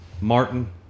Martin